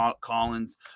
Collins